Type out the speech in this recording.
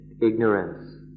ignorance